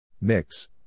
Mix